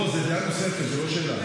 לא,